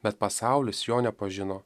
bet pasaulis jo nepažino